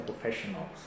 professionals